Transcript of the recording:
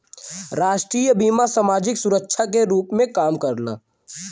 राष्ट्रीय बीमा समाजिक सुरक्षा के रूप में काम करला